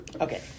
Okay